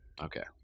Okay